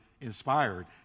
inspired